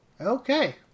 Okay